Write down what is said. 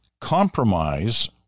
Compromise